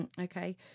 Okay